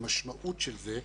המשמעות של זה,